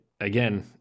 again